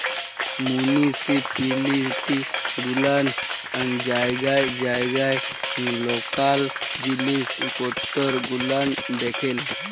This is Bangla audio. মুনিসিপিলিটি গুলান জায়গায় জায়গায় লকাল জিলিস পত্তর গুলান দেখেল